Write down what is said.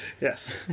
Yes